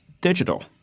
digital